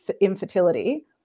infertility